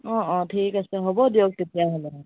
অ' অ' ঠিক আছে হ'ব দিয়ক তেতিয়াহ'লে